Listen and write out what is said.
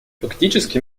фактически